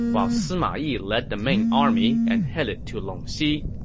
while sima yi led the main army and headed to longxi.